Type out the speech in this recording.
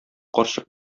карчык